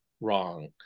wrong